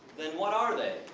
then what are they?